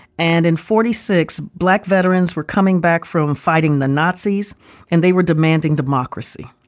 and in forty six, black veterans were coming back from fighting the nazis and they were demanding democracy,